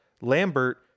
Lambert